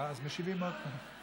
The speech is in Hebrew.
אז משיבים עוד פעם.